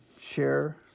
share